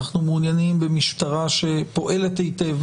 אנחנו מעוניינים במשטרה שפועלת היטב,